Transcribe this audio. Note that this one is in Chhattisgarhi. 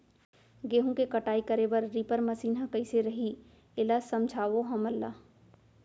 गेहूँ के कटाई करे बर रीपर मशीन ह कइसे रही, एला समझाओ हमन ल?